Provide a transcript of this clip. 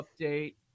update